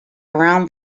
around